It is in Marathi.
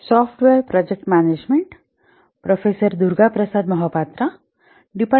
सर्वांना शुभ दुपार